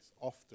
Often